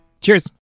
Cheers